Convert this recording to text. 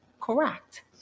correct